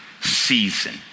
season